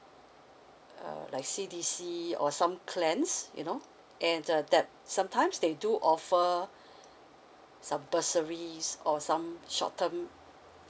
uh like C_D_C or some clans you know and uh that sometimes they do offer some bursaries or some short term